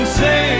say